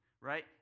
right